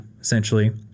essentially